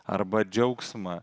arba džiaugsmą